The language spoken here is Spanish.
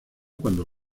cuando